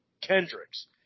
Kendricks